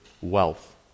wealth